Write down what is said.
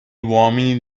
uomini